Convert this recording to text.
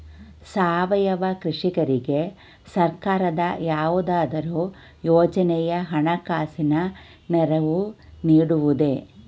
ಸಾವಯವ ಕೃಷಿಕರಿಗೆ ಸರ್ಕಾರದ ಯಾವುದಾದರು ಯೋಜನೆಯು ಹಣಕಾಸಿನ ನೆರವು ನೀಡುವುದೇ?